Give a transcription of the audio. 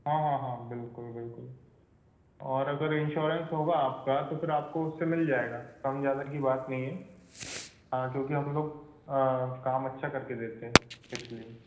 हाँ हाँ हाँ बिल्कुल बिल्कुल और अगर इनसोरेन्स होगा आपका तो आपको फिर उससे मिल जाएगा कम ज़्यादा की बात नहीं है हाँ क्योंकि हम लोग काम अच्छा कर के देते हैं इस लिए